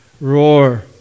roar